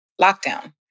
lockdown